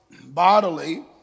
Bodily